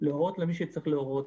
להורות למי שצריך להורות,